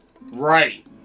Right